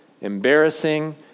embarrassing